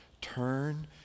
turn